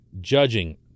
judging